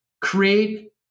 create